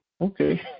Okay